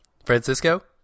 Francisco